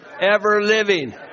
ever-living